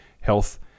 health